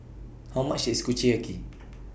How much IS Kushiyaki